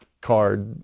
card